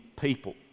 people